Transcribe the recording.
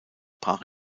brach